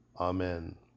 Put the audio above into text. Amen